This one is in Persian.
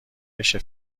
بشه